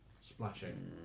splashing